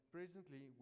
Presently